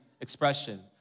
expression